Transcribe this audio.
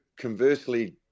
conversely